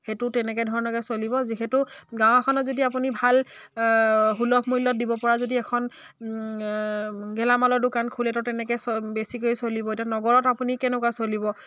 সেইটো তেনেকৈ ধৰণকে চলিব যিহেতু গাঁও এখনত যদি আপুনি ভাল সুলভ মূল্যত দিব পৰা যদি এখন গেলামালৰ দোকান খোলে ত' তেনেকৈ বেছিকৈ চলিব এতিয়া নগৰত আপুনি কেনেকুৱা চলিব